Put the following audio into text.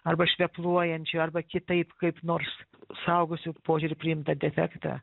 arba švepluojančio arba kitaip kaip nors suaugusiųjų požiūriu priimtą defektą